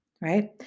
right